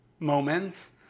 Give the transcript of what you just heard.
moments